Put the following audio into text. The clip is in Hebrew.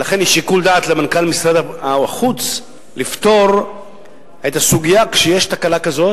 ולכן יש שיקול דעת למנכ"ל משרד החוץ לפתור את הסוגיה כשיש תקלה כזאת,